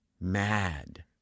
mad